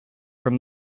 from